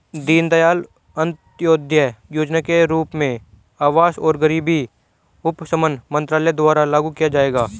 दीनदयाल अंत्योदय योजना के रूप में आवास और गरीबी उपशमन मंत्रालय द्वारा लागू किया जाएगा